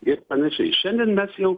ir panašiai šiandien mes jau